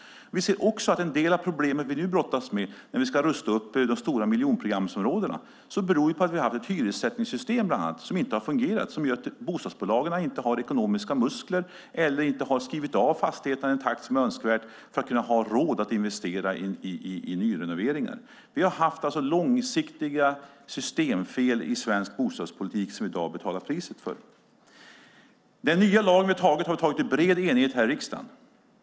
En del av de problem som vi brottas med nu när vi ska rusta upp de stora miljonprogramsområdena beror på att vi har haft ett hyressättningssystem som inte har fungerat. Det gör att bostadsbolagen inte haft ekonomiska muskler eller inte skrivit av fastigheterna i den takt som är önskvärd för att kunna ha råd att investera i nyrenoveringar. Vi har alltså haft långsiktiga systemfel i svensk bostadspolitik som vi i dag betalar priset för. Den nya lagen är beslutad i bred enighet här i riksdagen.